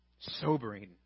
sobering